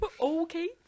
okay